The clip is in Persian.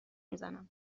میزنم